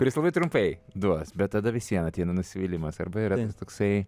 kuris labai trumpai duos bet tada vis vien ateina nusivylimas arba yra tas toksai